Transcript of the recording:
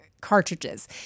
cartridges